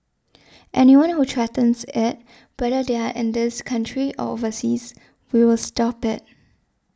anyone who threatens it whether they are in this country or overseas we will stop it